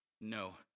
No